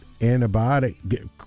antibiotic